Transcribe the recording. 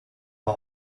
mal